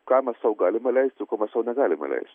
ką mes sau galime leisti o ko mes sau negalime leisti